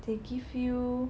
they give you